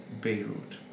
Beirut